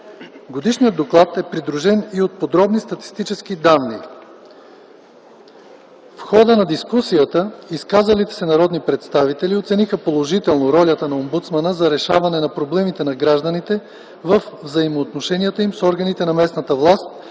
Годишният доклад е придружен и от подробни статистически данни. В хода на дискусията изказалите се народни представители оцениха положително ролята на омбудсмана за разрешаване на проблемите на гражданите във взаимоотношенията им с органите на местната власт